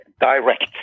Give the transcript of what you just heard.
direct